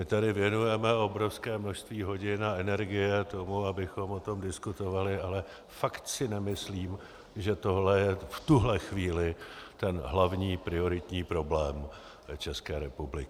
My tady věnujeme obrovské množství hodin a energie tomu, abychom o tom diskutovali, ale fakt si nemyslím, že tohle je v tuto chvíli ten hlavní, prioritní problém České republiky.